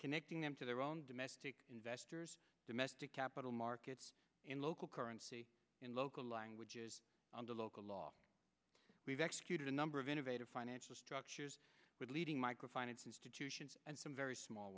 connecting them to their own domestic investors domestic capital markets in local currency in local languages to local law we've executed a number of innovative financial structures with leading micro finance institutions and some very small